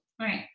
Right